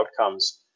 outcomes